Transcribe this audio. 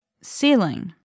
Ceiling